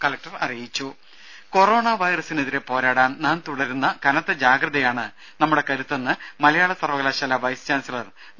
രുര കൊറോണ വൈറസിനെതിരെ പോരാടാൻ നാം തുടരുന്ന കനത്ത ജാഗ്രതയാണ് നമ്മുടെ കരുത്തെന്ന് മലയാള സർവകലാശാല വൈസ് ചാൻസലർ ഡോ